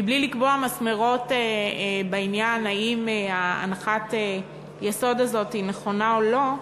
בלי לקבוע מסמרות האם הנחת היסוד הזאת נכונה או לא,